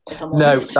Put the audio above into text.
No